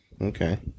Okay